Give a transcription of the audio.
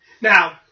Now